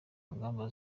ngamba